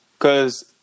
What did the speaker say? Cause